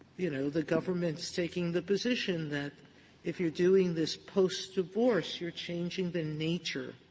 you know, the government is taking the position that if you're doing this post-divorce, you're changing the nature